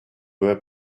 were